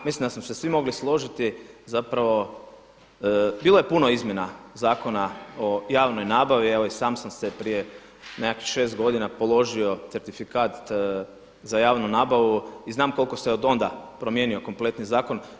Mislim da smo se svi mogli složiti, zapravo, bilo je puno izmjena zakona o javnoj nabavi, evo i sam sam se prije nekakvih 6 godina položio certifikat za javnu nabavu i znam koliko se od onda promijenio kompletni zakon.